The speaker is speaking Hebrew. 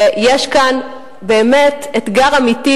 יש כאן באמת אתגר אמיתי,